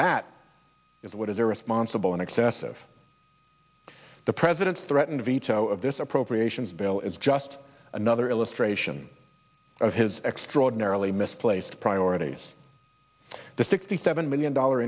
that is what is irresponsible and excessive the president threatened veto of this appropriations bill is just another illustration of his extraordinarily misplaced priorities the sixty seven million dollar